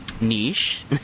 niche